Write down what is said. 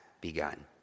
begun